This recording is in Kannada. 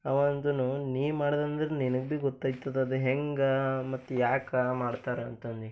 ಅವ ಅಂದನು ನೀ ಮಾಡಿದಂದರ ನಿನಗ ಬಿ ಗೊತ್ತೈತದ ಅದ ಹೆಂಗೆ ಮತ್ತ ಯಾಕೆ ಮಾಡ್ತಾರ ಅಂತಂದು